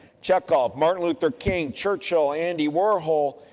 chekhov, martin luther king, churchill, andy warhol.